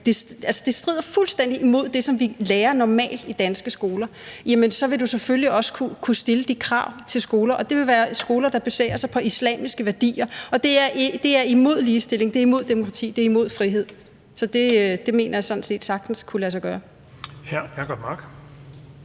det strider fuldstændig imod det, som vi normalt lærer i danske skoler. Så man vil selvfølgelig også kunne stille de krav til skoler, og det vil være skoler, der baserer sig på islamiske værdier; det er imod ligestilling, det er imod demokrati, og det er imod frihed. Så det mener jeg sådan set sagtens kunne lade sig gøre. Kl. 16:36 Den fg.